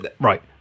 Right